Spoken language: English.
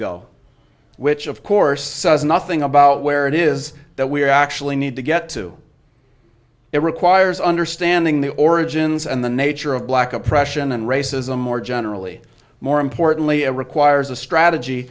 go which of course says nothing about where it is that we actually need to get to it requires understanding the origins and the nature of black oppression and racism more generally more importantly it requires a strategy